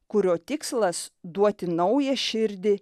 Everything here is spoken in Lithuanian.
kurio tikslas duoti naują širdį